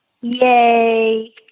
Yay